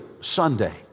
Sunday